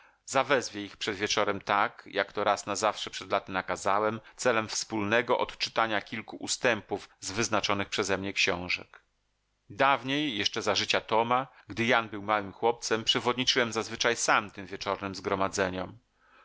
ich przed wieczorem tak jak to raz na zawsze przed laty nakazałem celem wspólnego odczytania kilku ustępów z wyznaczonych przezemnie książek dawniej jeszcze za życia toma gdy jan był małym chłopcem przewodniczyłem zazwyczaj sam tym wieczornym zgromadzeniom